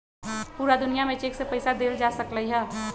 पूरा दुनिया में चेक से पईसा देल जा सकलई ह